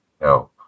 No